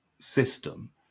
system